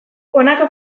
honako